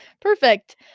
Perfect